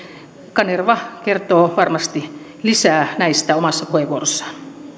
kanerva kertoo varmasti lisää näistä omassa puheenvuorossaan